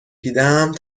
دیدم